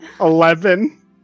Eleven